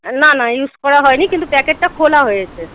না না ইউজ করা হয়নি কিন্তু প্যাকেটটা খোলা হয়েছে